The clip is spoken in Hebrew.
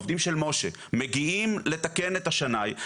העובדים של משה מגיעים לתקן את השנאי,